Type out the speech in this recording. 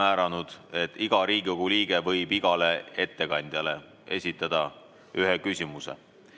määranud nii, et iga Riigikogu liige võib igale ettekandjale esitada ühe küsimuse.